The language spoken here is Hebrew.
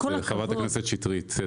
חברת הכנסת שיטרית.